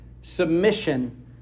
submission